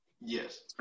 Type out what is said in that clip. Yes